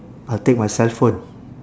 I'll take my cell phone